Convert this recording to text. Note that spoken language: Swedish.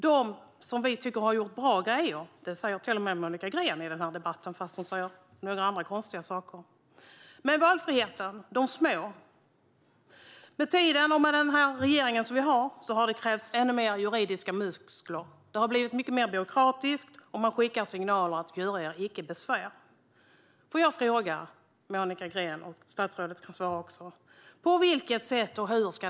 Vi tycker att de har gjort bra grejer; det säger till och med Monica Green i denna debatt, även om hon säger några andra konstiga saker. Det handlar om valfriheten och om de små. Med tiden och med den här regeringen har det krävts ännu mer juridiska muskler. Det har blivit mycket mer byråkratiskt, och man skickar signaler om att inte göra sig besvär. Jag vill ställa en fråga till Monica Green och statsrådet.